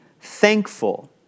thankful